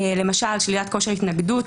למשל שלילת כושר התנגדות,